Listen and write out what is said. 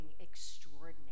extraordinary